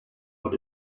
what